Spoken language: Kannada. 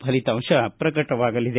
ಫಲಿತಾಂಶ ಪ್ರಕಟವಾಗಲಿದೆ